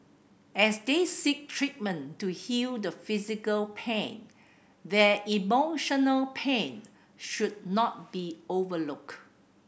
as they seek treatment to heal the physical pain their emotional pain should not be overlooked